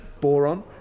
Boron